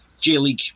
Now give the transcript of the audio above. J-League